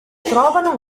trovano